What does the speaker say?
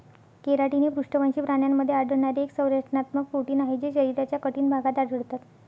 keratin हे पृष्ठवंशी प्राण्यांमध्ये आढळणारे एक संरचनात्मक प्रोटीन आहे जे शरीराच्या कठीण भागात आढळतात